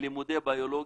בלימודי ביולוגיה,